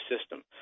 system